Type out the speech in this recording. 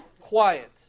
quiet